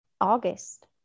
August